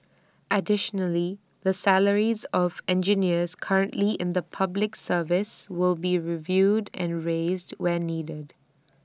additionally the salaries of engineers currently in the Public Service will be reviewed and raised where needed